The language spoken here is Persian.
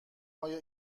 های